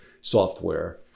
software